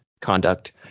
conduct